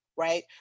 right